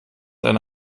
eine